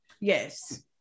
yes